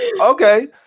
Okay